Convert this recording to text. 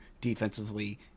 defensively